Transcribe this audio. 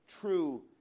true